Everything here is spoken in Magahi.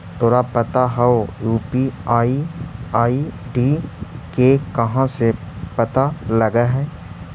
तोरा पता हउ, यू.पी.आई आई.डी के कहाँ से पता लगऽ हइ?